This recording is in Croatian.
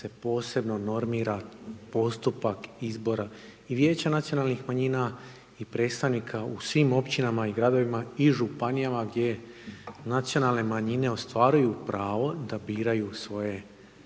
posebno normira postupak izbora i vijeća nacionalnih manjina i predstavnika u svim općinama i gradovima i županijama gdje nacionalne manjine ostvaruju pravo da biraju svoje